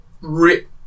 rip